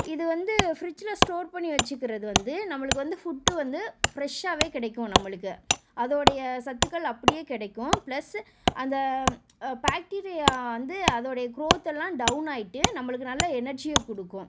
இது வந்து ஃப்ரிட்ஜில் ஸ்டோர் பண்ணி வச்சிக்கறது வந்து நம்மளுக்கு வந்து ஃபுட்டு வந்து ஃப்ரெஷ்ஷாகவே கிடைக்கும் நம்மளுக்கு அதோடைய சத்துக்கள் அப்படியே கிடைக்கும் ப்ளஸ்ஸு அந்த பேக்டீரியா வந்து அதோடைய க்ரோத் எல்லாம் டவுன் ஆகிட்டு நம்மளுக்கு நல்ல எனர்ஜியை கொடுக்கும்